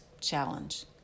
challenge